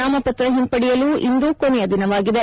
ನಾಮಪತ್ರ ಹಿಂಪಡೆಯಲು ಇಂದು ಕೊನೆಯ ದಿನವಾಗಿದೆ